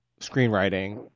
screenwriting